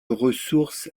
ressource